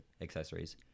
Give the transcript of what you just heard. accessories